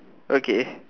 okay